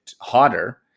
hotter